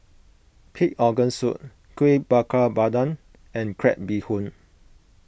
Pig Organ Soup Kuih Bakar Pandan and Crab Bee Hoon